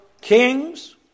kings